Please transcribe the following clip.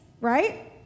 right